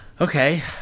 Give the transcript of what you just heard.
Okay